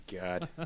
god